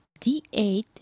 d8